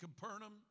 Capernaum